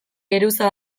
geruza